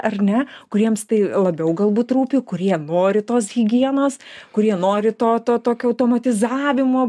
ar ne kuriems tai labiau galbūt rūpi kurie nori tos higienos kurie nori to to tokio automatizavimo